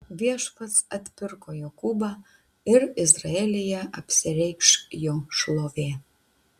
viešpats atpirko jokūbą ir izraelyje apsireikš jo šlovė